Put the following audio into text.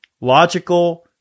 logical